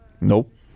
Nope